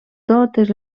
totes